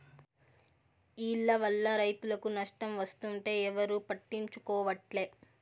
ఈల్ల వల్ల రైతులకు నష్టం వస్తుంటే ఎవరూ పట్టించుకోవట్లే